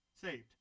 Saved